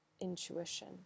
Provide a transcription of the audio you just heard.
intuition